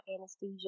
anesthesia